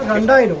and